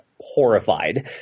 horrified